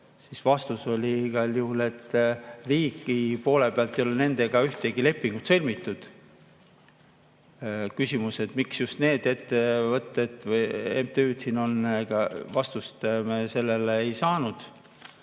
Siis vastus oli igal juhul, et riigi poole pealt ei ole nendega ühtegi lepingut sõlmitud. Küsisime, miks on siin just need ettevõtted või MTÜ-d, aga vastust me sellele ei saanud.